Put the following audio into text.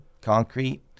concrete